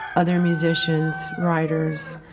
other musicians, writers,